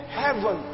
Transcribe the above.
heaven